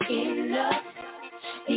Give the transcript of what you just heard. enough